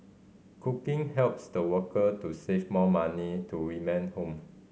cooking helps the worker to save more money to remit home